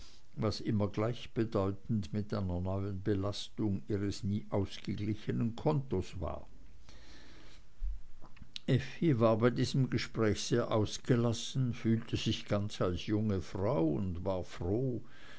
was immer gleichbedeutend mit einer neuen belastung ihres nie ausgeglichenen kontos war effi war bei diesem gespräch sehr ausgelassen fühlte sich ganz als junge frau und war froh